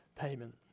payment